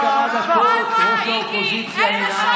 עוד כמה דקות ראש האופוזיציה ינאם,